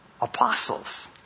Apostles